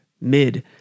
mid